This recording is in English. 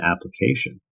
application